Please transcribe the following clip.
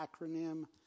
acronym